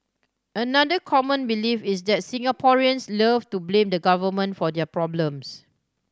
another common belief is that Singaporeans love to blame the Government for their problems